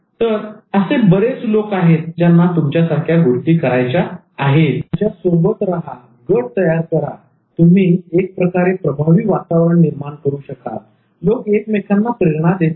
तर असे बरेच लोक आहेत ज्यांना तुमच्यासारख्या गोष्टी करायच्या आहेत त्यांच्यासोबत रहा गट तयार करा तुम्ही एक प्रकारे प्रभावी वातावरण निर्माण करू शकाल लोक एकमेकांना प्रेरणा देतील